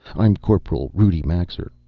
i'm corporal rudi maxer.